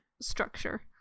structure